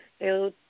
eu